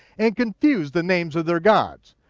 and confused the names of their gods.